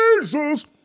Jesus